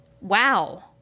Wow